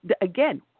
again